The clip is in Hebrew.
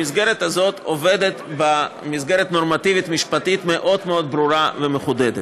המסגרת הזאת עובדת במסגרת נורמטיבית משפטית מאוד מאוד ברורה ומחודדת.